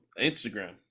instagram